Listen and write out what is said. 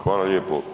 Hvala lijepo.